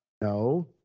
No